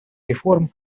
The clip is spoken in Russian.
реформ